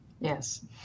Yes